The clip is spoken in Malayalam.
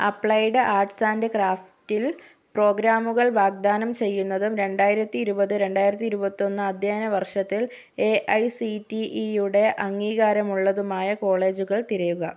അപ്ലൈഡ് ആർട്സ് ആൻഡ് ക്രാഫ്റ്റിൽ പ്രോഗ്രാമുകൾ വാഗ്ദാനം ചെയ്യുന്നതും രണ്ടായിരത്തി ഇരുപത് രണ്ടായിരത്തി ഇരുപത്തൊന്ന് അധ്യയന വർഷത്തിൽ എ ഐ സി ടി ഇയുടെ അംഗീകാരമുള്ളതുമായ കോളേജുകൾ തിരയുക